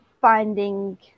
finding